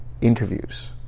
interviews